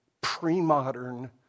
pre-modern